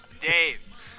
Dave